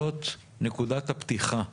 זו היא נקודת הפתיחה,